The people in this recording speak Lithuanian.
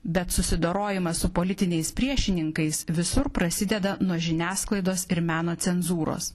bet susidorojimas su politiniais priešininkais visur prasideda nuo žiniasklaidos ir meno cenzūros